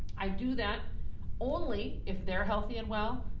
i do that only if they're healthy and well,